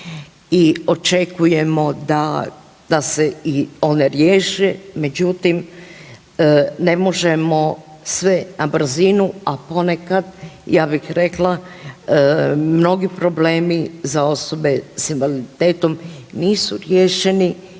i očekujemo da, da se i one riješe međutim ne možemo sve na brzinu, a ponekad ja bih rekla mnogi problemi za osobe s invaliditetom nisu riješeni